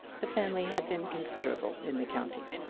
the family had been considerable in the county.